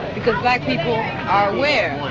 because black people are aware